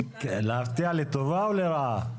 להפתיע לטובה או לרעה?